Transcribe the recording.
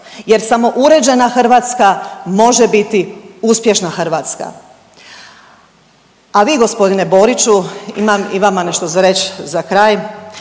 Jer samo uređena Hrvatska može biti uspješna Hrvatska. A vi gospodine Boriću imam i vama nešto za reći za kraj.